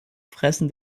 fressen